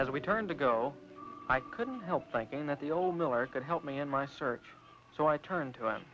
as we turned to go i couldn't help thinking that the old miller could help me in my search so i turned to